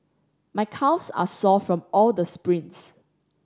my calves are sore from all the sprints